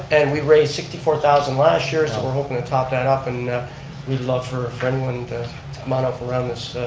and we raised sixty four thousand dollars last year, so we're hoping to top that off, and we'd love for for anyone to come on up for ah this,